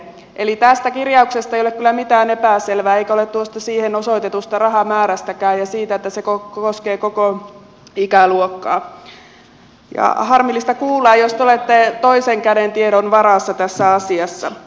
eli tässä kirjauksessa ei ole kyllä mitään epäselvää eikä ole tuosta siihen osoitetusta rahamäärästäkään eikä siitä että se koskee koko ikäluokkaa ja on harmillista kuulla jos te olette toisen käden tiedon varassa tässä asiassa